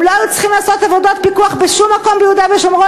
הם לא היו צריכים לעשות עבודות פיקוח בשום מקום ביהודה ושומרון,